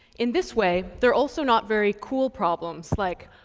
in this way, they are also not very cool problems, like,